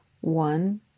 One